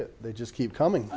at they just keep coming